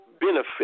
benefit